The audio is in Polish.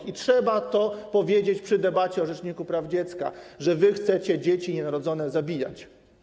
I trzeba to powiedzieć przy debacie o rzeczniku praw dziecka, że wy chcecie dzieci nienarodzone zabijać.